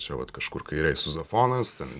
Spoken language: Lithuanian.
čia vat kažkur kairėj siuzafonas ten